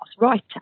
writer